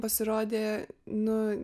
pasirodė nu